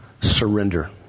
surrender